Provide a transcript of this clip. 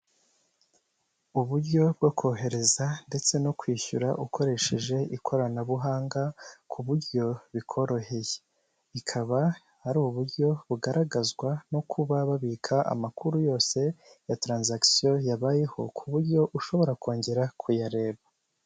Uburyo bwo kohereza ndetse no kwishyura ukoresheje ikoranabuhanga, k'uburyo bukoroheye bukaba ari uburyo bugaragazwa no kuba wabika amakuru yose ya taranzagisiyo yabayeho, ku buryo ushobora kongera kuyareba.